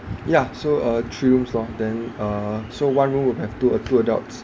ya so uh three rooms lor then uh so one room would have two uh two adults